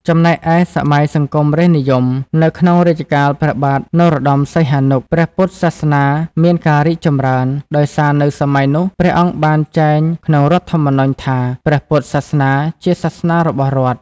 ចំណែកឯ សម័យសង្គមរាស្ត្រនិយម នៅក្នុងរជ្ជកាលព្រះបាទនរោត្តមសីហនុ ព្រះពុទ្ធសាសនាមានការរីកចម្រើន ដោយសារនៅសម័យនោះ ព្រះអង្គបានចែងក្នុងរដ្ឋធម្មនុញ្ញ ថា "ព្រះពុទ្ធសាសនាជាសាសនារបស់រដ្ឋ" ។